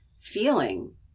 feeling